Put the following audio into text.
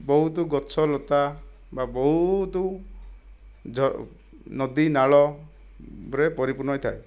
ବହୁତ ଗଛ ଲତା ବା ବହୁତ ନଦୀନାଳରେ ପରିପୂର୍ଣ୍ଣ ହୋଇଥାଏ